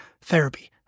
therapy